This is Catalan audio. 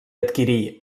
adquirí